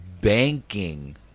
banking